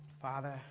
Father